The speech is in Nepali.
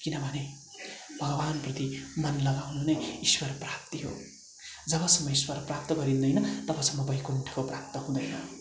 किनभने भगवान्प्रति मन लगाउनु नै ईश्वर प्राप्ति हो जबसम्म ईश्वर प्राप्त गरिँदैन तबसम्म बैकुण्ठको प्राप्त हुँदैन